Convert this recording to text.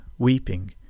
weeping